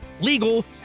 legal